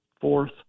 Fourth